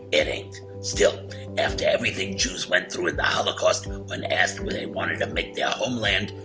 it ain't. still after everything jews went through in the holocaust, when asked whether they wanted to make their homeland,